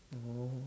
oh